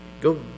go